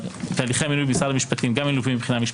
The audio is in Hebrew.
תהליכי המינויים במשרד המשפטים גם מלווים מבחינה משפטית.